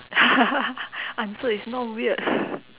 answer is not weird